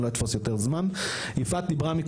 אני לא אתפוס יותר זמן - יפעת דיברה על זה,